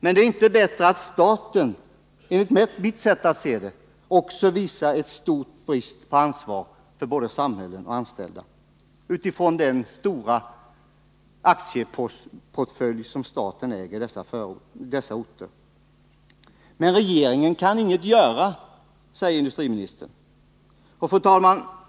Men det är inte bättre att staten enligt mitt sätt att se också, utifrån den stora aktieportfölj som staten äger i detta företag, visar stor brist på ansvar för både samhällen och anställda. Regeringen kan inget göra, säger industriministern. Fru talman!